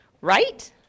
Right